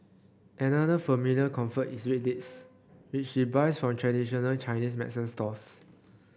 another familiar comfort is red dates which she buys from traditional Chinese medicine stores